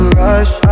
rush